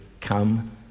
Come